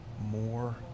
more